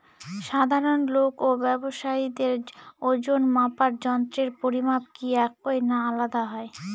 সাধারণ লোক ও ব্যাবসায়ীদের ওজনমাপার যন্ত্রের পরিমাপ কি একই না আলাদা হয়?